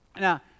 Now